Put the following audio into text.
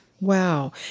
Wow